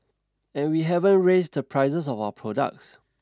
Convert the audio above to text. and we haven't raised the prices of our products